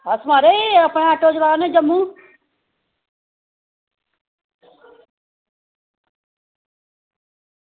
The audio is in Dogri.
अस म्हाराज अपना ऑटो चलाने जम्मू